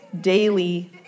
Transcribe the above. daily